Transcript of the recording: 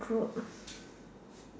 group